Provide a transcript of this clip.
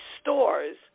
stores